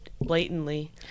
blatantly